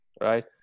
right